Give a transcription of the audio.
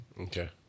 okay